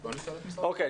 אוקיי.